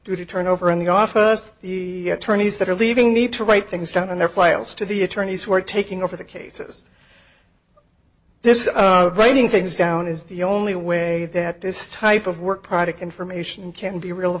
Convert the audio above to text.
y to turn over in the office the attorneys that are leaving need to write things down on their files to the attorneys who are taking over the cases this is writing things down is the only way that this type of work product information can be real